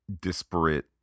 disparate